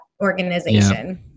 organization